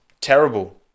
terrible